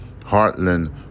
Heartland